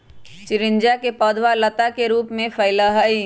चिचिंडा के पौधवा लता के रूप में फैला हई